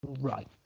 Right